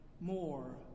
more